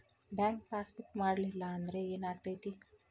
Bank passbook ಮಾಡಲಿಲ್ಲ ಅಂದ್ರೆ ಏನ್ ಆಗ್ತೈತಿ?